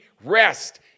rest